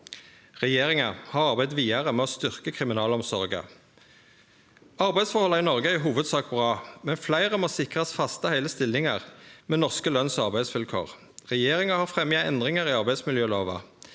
Regjeringa har arbeidd vidare med å styrkje kriminalomsorga. Arbeidsforholda i Noreg er i hovudsak bra, men fleire må sikrast faste heile stillingar med norske lønns- og arbeidsvilkår. Regjeringa har fremja endringar i arbeidsmiljølova.